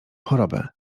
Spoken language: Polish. chorobę